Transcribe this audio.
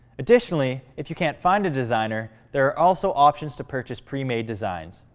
additionally, if you can't find a designer, there are also options to purchase pre-made designs.